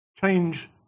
Change